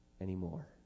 anymore